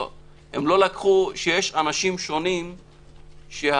לא לקחו שיש אנשים שונים שמבחינתם,